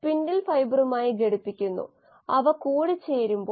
അതിനാൽ പൊതുവേ ഒരു മീഡയത്തിൽ അടങ്ങിയിരിക്കുന്നത് ഇതാണ്